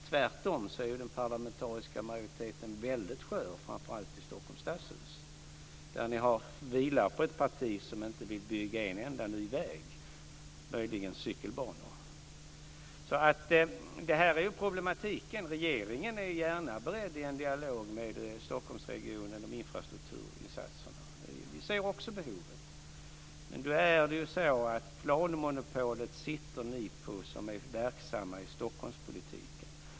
Tvärtom är ju den parlamentariska majoriteten väldigt skör, framför allt i Stockholms stadshus, där den vilar på ett parti som inte vill bygga en enda ny väg, möjligen cykelbanor. Detta är problematiken. Regeringen är gärna beredd vad gäller en dialog med Stockholmsregionen om infrastrukturinsatserna. Vi ser också behovet. Men planmonopolet sitter ni på som är verksamma i Stockholmspolitiken.